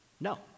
No